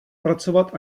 pracovat